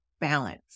balance